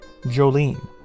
Jolene